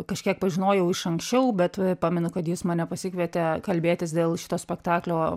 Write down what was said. kažkiek pažinojau iš anksčiau bet pamenu kad jis mane pasikvietė kalbėtis dėl šito spektaklio